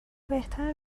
بهتر